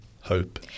hope